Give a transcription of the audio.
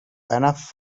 enough